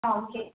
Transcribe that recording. okay